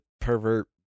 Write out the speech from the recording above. pervert